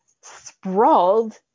sprawled